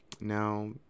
Now